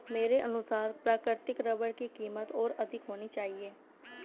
मेरे अनुसार प्राकृतिक रबर की कीमत और अधिक होनी चाहिए